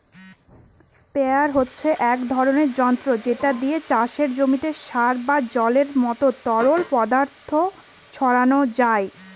sprayer হচ্ছে এক ধরণের যন্ত্র যেটা দিয়ে চাষের জমিতে সার বা জলের মত তরল পদার্থ ছড়ানো যায়